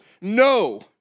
no